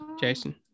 Jason